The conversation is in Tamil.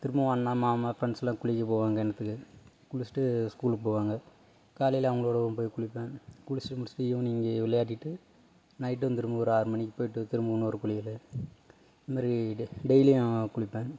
திரும்பவும் ஒன்னாக மாமா ஃப்ரெண்ட்ஸுலாம் குளிக்க போவாங்க கிணத்துக்கு குளிச்சிவிட்டு ஸ்கூலுக்கு போவாங்க காலையில் அவங்களோட போய் குளிப்பேன் குளிச்சிவிட்டு முடிச்சிவிட்டு ஈவினிங்கி விளையாடிட்டு நைட்டும் திரும்பவும் ஒரு ஆறு மணிக்கு போய்விட்டு திரும்பவும் இன்னோரு குளியல் இந்தமாரி டெ டெய்லியும் குளிப்பேன்